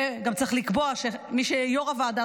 וגם צריך לקבוע מי יהיה יו"ר הוועדה,